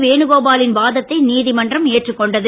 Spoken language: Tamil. வேணுகோபாலின் வாதத்தை நீதிமன்றம் ஏற்றுக் கொண்டது